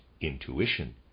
intuition